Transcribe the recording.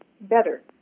better